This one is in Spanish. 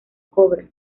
cobra